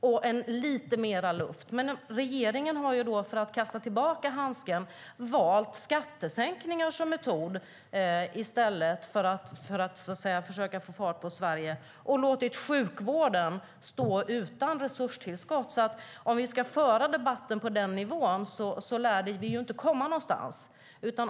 För att kasta tillbaka handsken har regeringen valt skattesänkningar som metod i stället för att försöka få fart på Sverige och låtit sjukvården stå utan resurstillskott. Om vi ska föra debatten på den nivån lär vi inte komma någonstans.